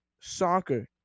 Soccer